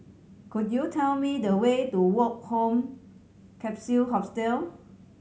could you tell me the way to Woke Home Capsule Hostel